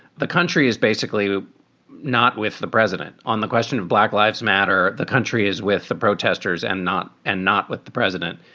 the country is basically not with the president on the question of black lives matter. the country is with the protesters and not and not with the president.